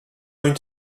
going